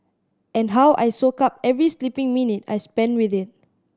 and how I soak up every sleeping minute I spend with it